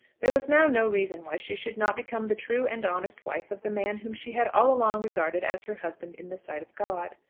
there was now no reason why she should not become the true and honest wife of the man whom she had all along regarded as her husband in the sight of god.